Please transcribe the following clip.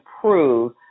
prove